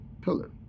pillar